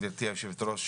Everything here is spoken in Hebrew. גברתי היושבת-ראש,